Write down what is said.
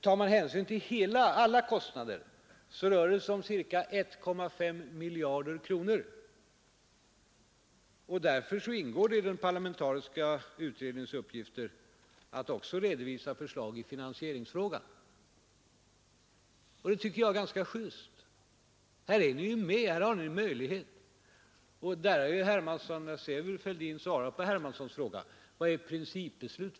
Tar man hänsyn till alla kostnader rör det sig om cirka 1,5 miljarder kronor, och därför ingår det i den parlamentariska utredningens uppgifter att också redovisa förslag i finansieringsfrågan, och det tycker jag är ganska just. Här är ni med, här har ni möjlighet att göra er mening gällande.